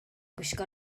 gwisgo